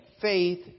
faith